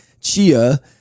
Chia